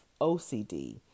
OCD